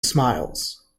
smiles